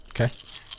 Okay